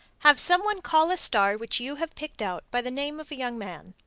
have some one call a star which you have picked out, by the name of a young man.